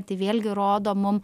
tai vėlgi rodo mum